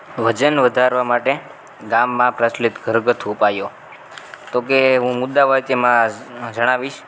વજન વધારવા માટે ગામમાં પ્રચલિત ઘરગથ્થું ઉપાયો તો તે હું મુદ્દા વાક્યમાં જણાવીશ